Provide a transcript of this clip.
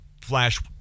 flash